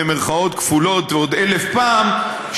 במירכאות כפולות עוד אלף פעם,